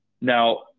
Now